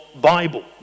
Bible